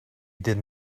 did